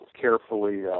carefully